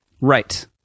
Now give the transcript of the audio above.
Right